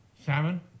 Salmon